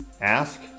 Ask